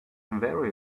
very